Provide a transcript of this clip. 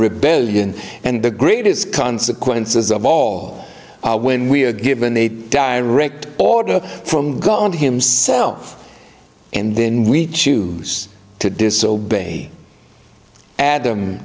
rebellion and the greatest consequences of all when we are given a direct order from god himself and then we choose to disobeyed adam